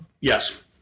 Yes